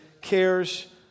cares